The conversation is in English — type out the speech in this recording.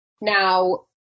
Now